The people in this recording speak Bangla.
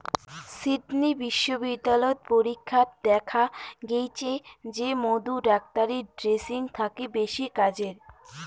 সিডনি বিশ্ববিদ্যালয়ত পরীক্ষাত দ্যাখ্যা গেইচে যে মধু ডাক্তারী ড্রেসিং থাকি বেশি কাজের